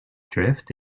drift